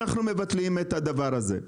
אנחנו מבטלים את הדבר הזה.